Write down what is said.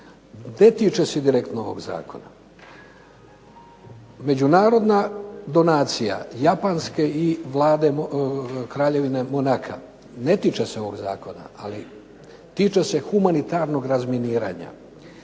Ne tiče se direktno ovog zakona. Međunarodna donacija japanske i Vlade Kraljevine Monaka ne tiče se ovog zakona, ali tiče se humanitarnog razminiranja